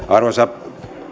arvoisa